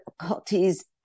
difficulties